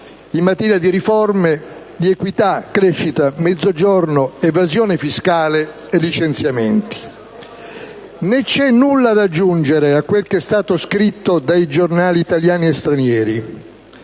in materia di riforme di equità, crescita, Mezzogiorno, evasione fiscale e licenziamenti. Né c'è nulla da aggiungere a quel che è stato scritto dai giornali italiani e stranieri.